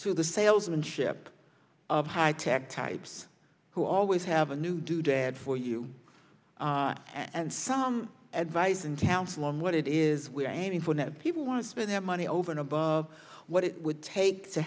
to the salesmanship of high tech types who always have a new doodad for you and some advice and counsel on what it is we're aiming for that people want to spend their money over and above what it would take to